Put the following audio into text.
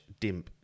dimp